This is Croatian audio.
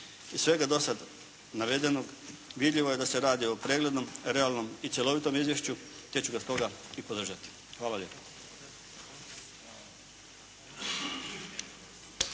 Iz sveg do sada navedenog vidljivo je da se radi o preglednom, realnom i cjelovitom izvješću te ću ga stoga i podržati. Hvala lijepo.